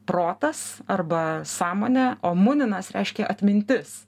protas arba sąmonė o muninas reiškia atmintis